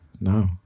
No